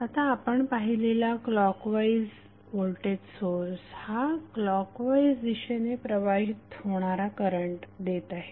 आता आपण पाहिलेला क्लॉकवाईज व्होल्टेज सोर्स हा क्लॉकवाईज दिशेने प्रवाहित होणारा करंट देत आहे